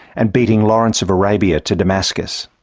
and beating lawrence of arabia to damascus.